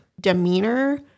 demeanor